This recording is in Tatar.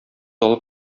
алып